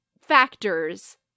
factors